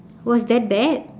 it was that bad